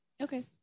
Okay